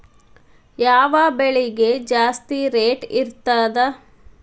ಯಾವ ಬೆಳಿಗೆ ಜಾಸ್ತಿ ರೇಟ್ ಇರ್ತದ?